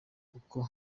kuko